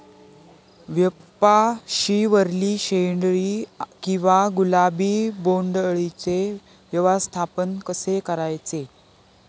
कपाशिवरील शेंदरी किंवा गुलाबी बोंडअळीचे व्यवस्थापन कसे करायचे?